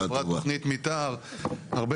אנחנו מוכרחים לתת אפשרות,